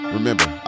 Remember